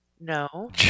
no